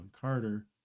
Carter